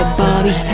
bobby